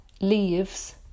leaves